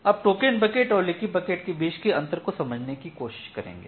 अब token bucket और leaky bucket के बीच के अंतर को समझने की कोशिश करेंगे